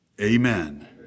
amen